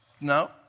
No